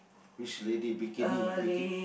which lady bikini *biki~